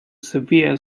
severe